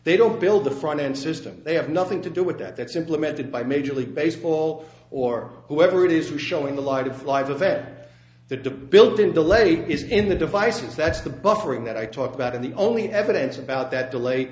they don't build the front end system they have nothing to do with that that's implemented by major league baseball or whoever it is showing the light of live event the built in delay is in the devices that's the buffering that i talk about and the only evidence about that delayed